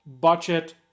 budget